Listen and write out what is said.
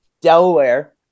Delaware